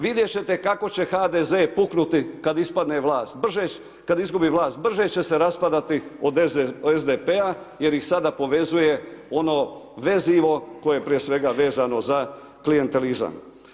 Vidjet ćete kako će HDZ puknuti kad ispadne vlast, kad izgubi vlast, brže će se raspadati od SDP-a jer ih sada povezuje ono vezivo koje je prije svega vezano za klijentelizam.